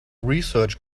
research